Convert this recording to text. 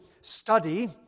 study